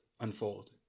unfold